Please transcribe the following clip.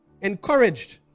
encouraged